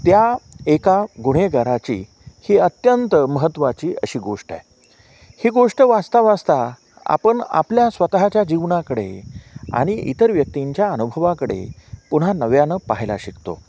त्या एका गुन्हेगाराची ही अत्यंत महत्त्वाची अशी गोष्ट आहे ही गोष्ट वाचता वाचता आपण आपल्या स्वतःच्या जीवनाकडे आणि इतर व्यक्तींच्या अनुभवाकडे पुन्हा नव्यानं पहायला शिकतो